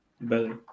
better